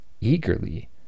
Eagerly